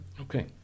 Okay